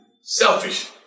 selfish